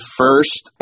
first